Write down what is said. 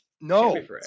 No